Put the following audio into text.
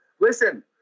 listen